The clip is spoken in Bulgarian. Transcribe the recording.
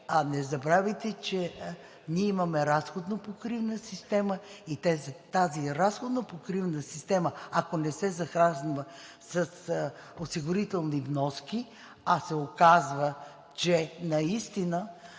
че не забравяйте, че ние имаме разходно-покривна система и тази разходно-покривна система, ако не се захранва с осигурителни вноски, а се оказва, че наистина